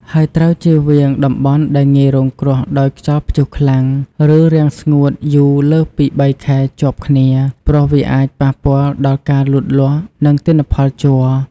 ហើយត្រូវចៀសវាងតំបន់ដែលងាយរងគ្រោះដោយខ្យល់ព្យុះខ្លាំង ឬរាំងស្ងួតយូរលើសពី ៣ ខែជាប់គ្នា ព្រោះវាអាចប៉ះពាល់ដល់ការលូតលាស់ និងទិន្នផលជ័រ។